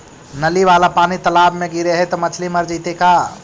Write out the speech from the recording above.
नली वाला पानी तालाव मे गिरे है त मछली मर जितै का?